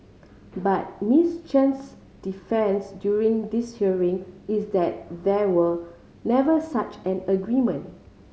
but Miss Chan's defence during this hearing is that there were never such an agreement